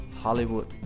Hollywood